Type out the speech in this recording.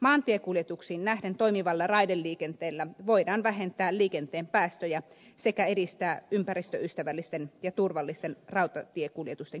maantiekuljetuksiin nähden toimivalla raideliikenteellä voidaan vähentää liikenteen päästöjä sekä edistää ympäristöystävällisten ja turvallisten rautatiekuljetusten kilpailukykyä